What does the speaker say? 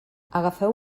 agafeu